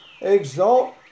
exalt